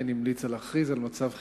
המליצה להכריז על מצב חירום,